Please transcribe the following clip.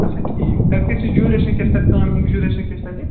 آچھا ٹھیٖک تَتہِ کیٛاہ چھِ جیٛوٗریشَن کیٛاہ چھِ تَتہِ کامہِ ہُنٛد جیٛوٗریشَن کیٛاہ چھِ تَتہِ